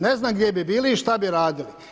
Ne znam gdje bi bili i šta bi radili?